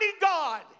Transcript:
God